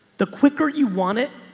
the quicker you want it,